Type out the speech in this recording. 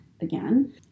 again